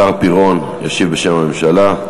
השר פירון ישיב בשם הממשלה,